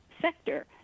sector